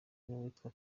n’uwitwa